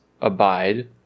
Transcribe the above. abide